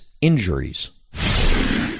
injuries